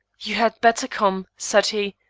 you had better come, said he,